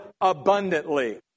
abundantly